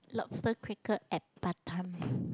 lobster cracker at Batam